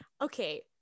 Okay